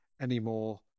anymore